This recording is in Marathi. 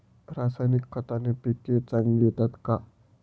रासायनिक खताने पिके चांगली येतात का?